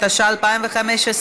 התשע"ה 2015,